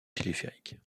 téléphérique